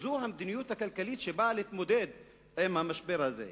זאת המדיניות הכלכלית שבאה להתמודד עם המשבר הזה.